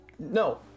No